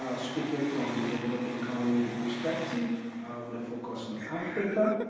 ah speaking from developing economy perspective with a focus on africa,